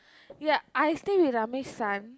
ya I stay with Ramesh son